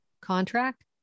contract